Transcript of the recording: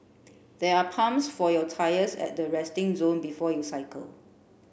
there are pumps for your tyres at the resting zone before you cycle